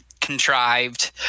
contrived